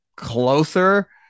Closer